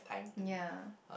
ya